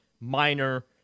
minor